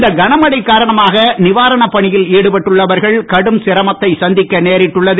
இந்த கனமழை காரணமாக நிவாரணப் பணியில் ஈடுபட்டுள்ளவர்கள் கடும் சிரமத்தை சந்திக்க நேரிட்டுள்ளது